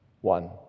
One